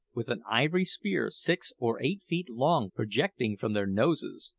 with an ivory spear six or eight feet long projecting from their noses.